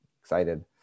excited